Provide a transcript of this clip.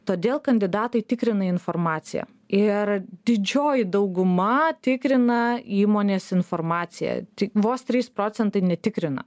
todėl kandidatai tikrina informaciją ir didžioji dauguma tikrina įmonės informaciją vos trys procentai netikrina